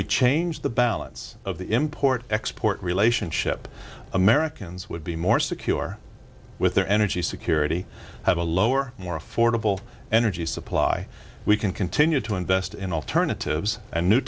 we change the balance of the import export relationship americans would be more secure with their energy security have a lower more affordable energy supply we can continue to invest in alternatives and new